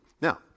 Now